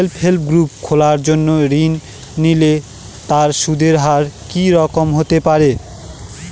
Self help group খোলার জন্য ঋণ নিলে তার সুদের হার কি রকম হতে পারে?